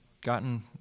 gotten